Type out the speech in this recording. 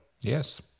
Yes